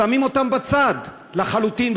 שמים אותן בצד לחלוטין,